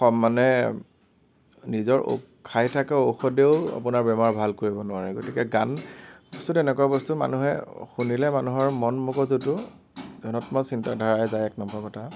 মানে নিজৰ খাই থকা ঔষধেও আপোনাৰ বেমাৰ ভাল কৰিব নোৱাৰে গতিকে গান বস্তুটো এনেকুৱা বস্তু মানুহে শুনিলে মানুহৰ মন মগজুটো ধনাত্মক চিন্তাধাৰা যায় এক নম্বৰ কথা